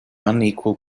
unequal